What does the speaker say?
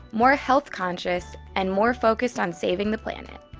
more health-conscious and more focused on saving the planet.